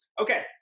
okay